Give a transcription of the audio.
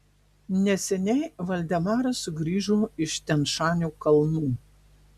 neseniai valdemaras sugrįžo iš tian šanio kalnų